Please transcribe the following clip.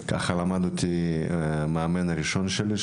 כך למדתי מהמאמן הראשון שלי,